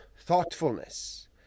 thoughtfulness